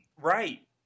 Right